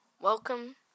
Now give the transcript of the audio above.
Welcome